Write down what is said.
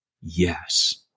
Yes